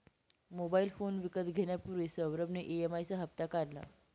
mobile phone विकत घेण्यापूर्वी सौरभ ने ई.एम.आई चा हप्ता काढला